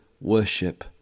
worship